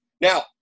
Now